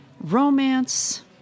romance